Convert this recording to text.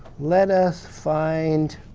let us find